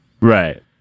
Right